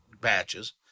batches